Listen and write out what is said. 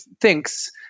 thinks